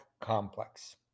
complex